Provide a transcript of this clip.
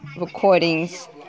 recordings